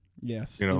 Yes